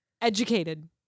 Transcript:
Educated